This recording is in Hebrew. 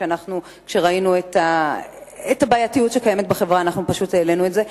כשאנחנו ראינו את הבעייתיות שקיימת בחברה אנחנו פשוט העלינו את זה.